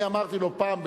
אני אמרתי לו פעם,